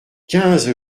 quinze